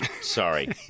sorry